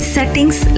Settings